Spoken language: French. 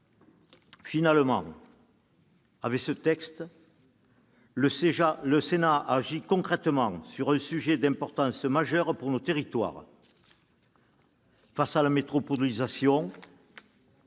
Finalement, avec ce texte, le Sénat agit concrètement sur un sujet d'une importance majeure pour nos territoires. Face à la métropolisation